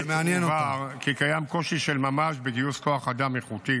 דובר כי קיים קושי של ממש בגיוס כוח אדם איכותי